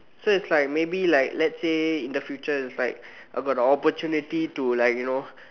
so it's like may be like let's say in the future is like about the opportunity to like you know